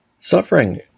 Suffering